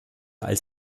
als